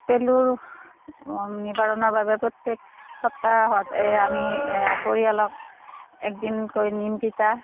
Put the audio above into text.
পেলুৰ নিবাৰণৰ বাবে প্ৰত্যেক সপ্তাহত এই আমি পৰিয়ালক এদিনকৈ নিম তিতা